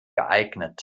geeignet